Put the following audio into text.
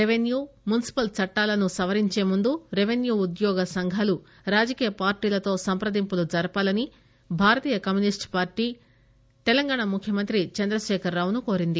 revenue municipal చట్టాలను సవరించేముందు revenue ఉద్యోగ సంఘాలు రాజకీయ పార్టీలతో సంప్రదింపులు జరపాలని భారతీయ కమ్యూనిస్టు పార్టీ తెలంగాణ ముఖ్యమంత్రి చంద్రశేఖర్ రావును కోరింది